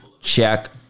check